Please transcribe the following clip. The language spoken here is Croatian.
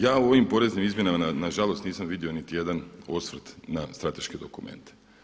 Ja u ovim poreznim izmjenama, na žalost nisam vidio niti jedan osvrt na strateški dokument.